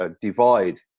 divide